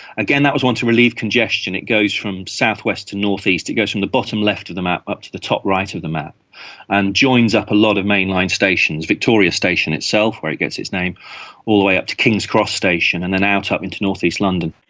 again, that was one to relieve congestion. it goes from south-west to north-east, it goes from the bottom left of the map up to the top right of the map and joins up a lot of mainline stations, victoria station itself, where it gets its name, all the way up to king's cross station, and then out up into north-east london.